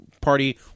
Party